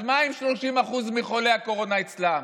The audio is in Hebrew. אז מה אם 30% מחולי הקורונה אצלם?